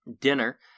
dinner